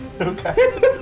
Okay